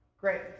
Great